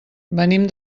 venim